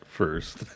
first